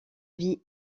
vit